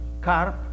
carp